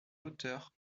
hauteur